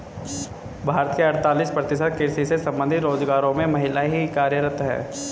भारत के अड़तालीस प्रतिशत कृषि से संबंधित रोजगारों में महिलाएं ही कार्यरत हैं